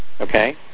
Okay